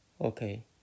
okay